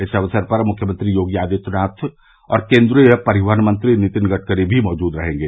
इस अवसर पर मुख्यमंत्री योगी आदित्यनाथ और केन्द्रीय परिवहन मंत्री नितिन गड़करी भी मौजूद रहेंगे